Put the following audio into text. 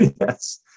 Yes